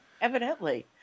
Evidently